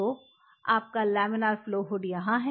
तो आपका laminar flow hood यहाँ है